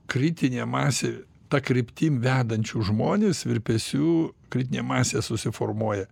kritinė masė ta kryptim vedančių žmones virpesių kritinė masė susiformuoja